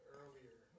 earlier